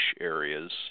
areas